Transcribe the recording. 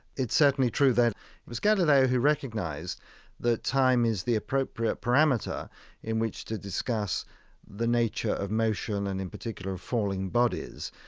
it's certainly true that it was galileo that recognized that time is the appropriate parameter in which to discuss the nature of motion and, in particular, falling bodies.